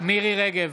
מירי מרים רגב,